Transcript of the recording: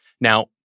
Now